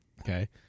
okay